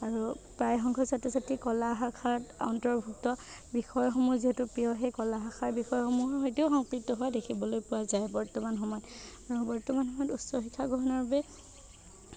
আৰু প্ৰায় সংখ্যক ছাত্ৰ ছাত্ৰী কলা শাখাত অন্তৰ্ভুক্ত বিষয়সমূহ যিহেতু প্ৰিয় সেই কলা শাখাৰ বিষয়সমূহৰ সৈতেও সংপৃক্ত হোৱা দেখিবলৈ পোৱা যায় বৰ্তমান সময়ত বৰ্তমান সময়ত উচ্চ শিক্ষা গ্ৰহণৰ বাবে